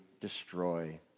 destroy